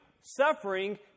suffering